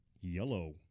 Yellow